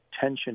tension